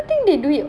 ya